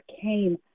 came